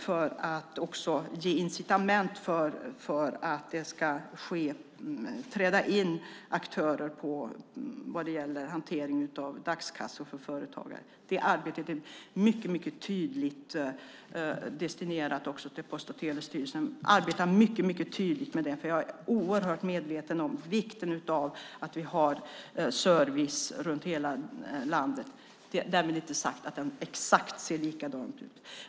Det handlar också om att ge incitament för att det ska ske, att det ska träda in aktörer vad gäller hantering av dagskassor för företagare. Det arbetet är också mycket tydligt destinerat till Post och telestyrelsen. Man arbetar mycket tydligt med det. För jag är oerhört medveten om vikten av att vi har service i hela landet. Därmed inte sagt att den ser exakt likadan ut.